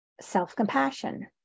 Self-Compassion